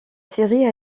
série